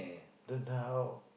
then how